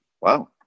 Wow